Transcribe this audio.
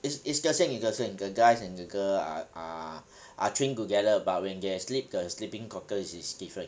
it's it's the same it's the same the guys and the girl are are are train together but when they sleep the sleeping counter is different